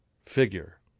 figure